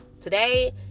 Today